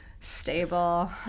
Stable